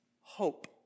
hope